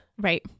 Right